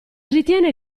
ritiene